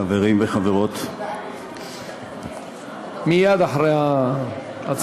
חברים וחברות, מייד אחרי ההצבעה.